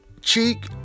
cheek